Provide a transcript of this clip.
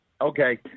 Okay